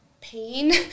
pain